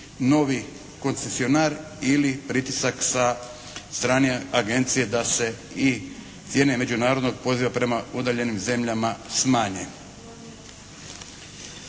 novi koncesionar ili pritisak sa srane agencije da se i cijene međunarodnog poziva prema udaljenim zemljama smanje.